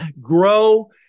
grow